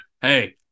Hey